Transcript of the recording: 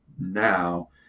now